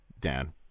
Dan